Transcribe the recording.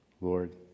Lord